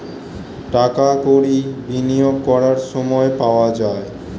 টাকা কড়ি বিনিয়োগ করার সময় পাওয়া যায়